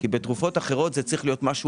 כי בתרופות אחרות זה צריך להיות משהו